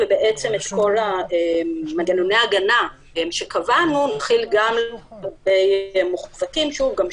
ואת כל מנגנוני ההגנה שקבענו נחיל גם לגבי --- טוב,